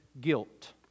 guilt